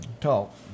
talk